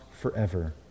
forever